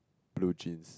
blue jeans